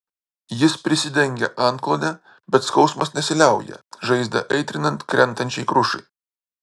jis prisidengia antklode bet skausmas nesiliauja žaizdą aitrinant krentančiai krušai